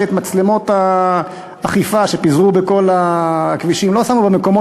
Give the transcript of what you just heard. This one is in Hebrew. שאת מצלמות האכיפה שפיזרו בכל הכבישים לא שמו במקומות